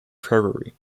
treasury